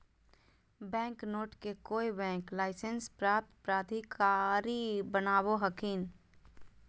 bank note के कोय bank licence प्राप्त प्राधिकारी बनावो हखिन